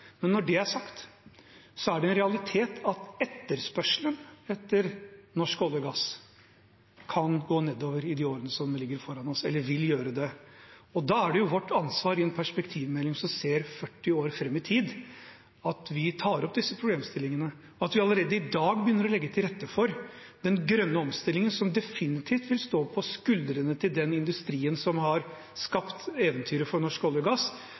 Når det er sagt, er det en realitet at etterspørselen etter norsk olje og gass kan gå nedover i årene som ligger foran oss – eller vil gjøre det. Da er det vårt ansvar i en perspektivmelding som ser 40 år fram i tid, å ta opp disse problemstillingene, at vi allerede i dag begynner å legge til rette for den grønne omstillingen, som definitivt vil stå på skuldrene til den industrien som har skapt eventyret for norsk olje og gass.